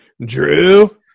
Drew